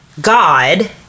God